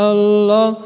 Allah